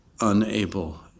unable